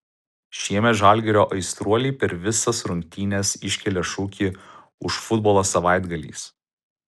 šiemet žalgirio aistruoliai per visas rungtynes iškelia šūkį už futbolą savaitgaliais